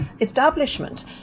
establishment